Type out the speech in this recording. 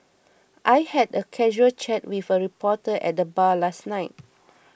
I had a casual chat with a reporter at the bar last night